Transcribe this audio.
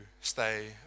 stay